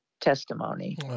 testimony